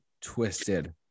twisted